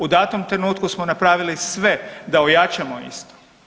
U datom trenutku smo napravili sve da ojačamo isto.